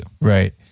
Right